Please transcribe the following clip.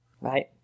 right